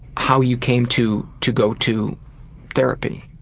how you came to to go to therapy.